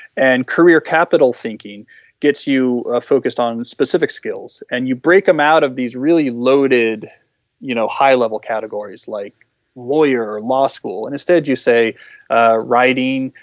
and career capital thinking gets you focused on specific skills and you break them out of these really loaded you know high level categories like lawyer or law school and instead you say writing,